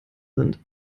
sind